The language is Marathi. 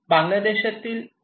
बांगलादेशातील १